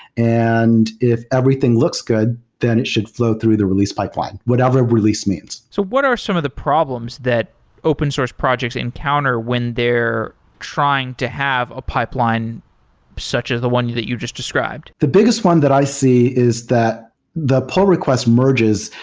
and if everything looks good, then it should f low through the release pipeline, whatever release means. so what are some of the problems that open source projects encounter when they're trying to have a pipeline such as the ones that you've just described? the biggest one that i see is that the pull request merges,